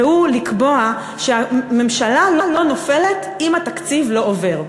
והוא שהממשלה לא נופלת אם התקציב לא עובר.